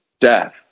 death